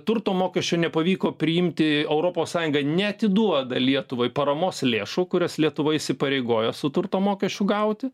turto mokesčio nepavyko priimti europos sąjunga neatiduoda lietuvai paramos lėšų kurias lietuva įsipareigojo su turto mokesčiu gauti